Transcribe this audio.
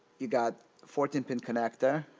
you've got fourteen pin connector,